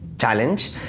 challenge